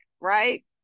right